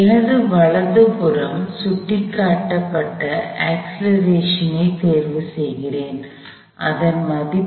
எனது வலதுபுறம் சுட்டிக்காட்ட அக்ஸ்லரேஷன் ஐ தேர்வு செய்கிறேன் அதன் மதிப்பு